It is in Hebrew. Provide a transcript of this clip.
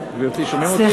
גברתי, שומעים אותי?